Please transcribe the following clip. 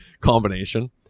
combination